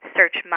search